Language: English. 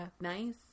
nice